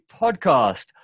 Podcast